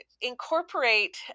incorporate